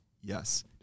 yes